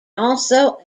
also